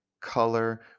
color